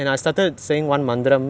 in the dream itself eh